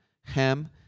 Ham